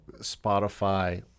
Spotify